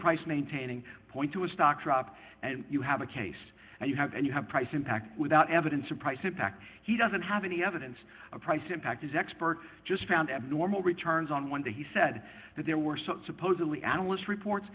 price maintaining point to a stock drop and you have a case and you have and you have price impact without evidence of price impact he doesn't have any evidence a price impact is expert just found abnormal returns on one day he said that there were supposedly analysts reports